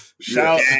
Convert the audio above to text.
Shout